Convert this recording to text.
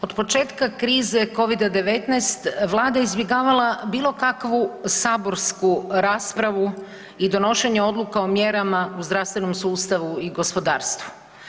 Od početka krize Covid-19 vlada je izbjegavala bilo kakvu saborsku raspravu i donošenje odluka o mjerama u zdravstvenom sustavu i gospodarstvu.